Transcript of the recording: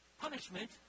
punishment